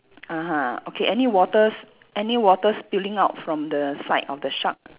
(uh huh) okay any waters any water spilling out from the side of the shark